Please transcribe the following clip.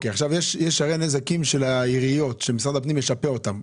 יש הרי נזקים של עיריות, שמשרד הפנים משפה אותם.